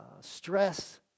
stress